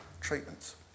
treatments